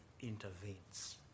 intervenes